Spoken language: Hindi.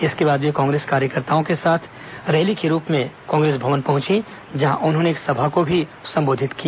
इसके बाद वे कांग्रेस कार्यकर्ताओं के साथ रैली के रूप में कांग्रेस भवन पहुंची जहां उन्होंने एक सभा को भी संबोधित किया